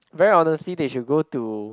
very honestly they should go to